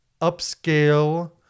upscale